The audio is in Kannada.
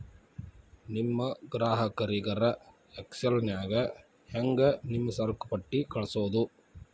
ನಿಮ್ ಗ್ರಾಹಕರಿಗರ ಎಕ್ಸೆಲ್ ನ್ಯಾಗ ಹೆಂಗ್ ನಿಮ್ಮ ಸರಕುಪಟ್ಟಿ ಕಳ್ಸೋದು?